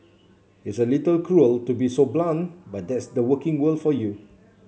it's a little cruel to be so blunt but that's the working world for you